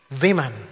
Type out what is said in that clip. women